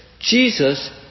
Jesus